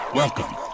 welcome